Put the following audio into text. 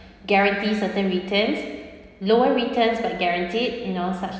guarantee certain returns lower returns but guaranteed you know such